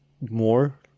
more